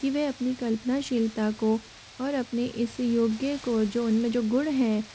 कि वे अपनी कल्पना शीलता को और अपने इस योग्य को जो उनमें जो गुण है